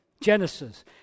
Genesis